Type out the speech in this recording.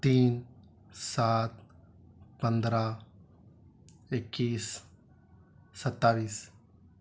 تین سات پندرہ اکیس ستائیس